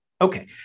Okay